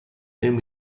them